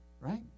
right